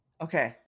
Okay